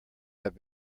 have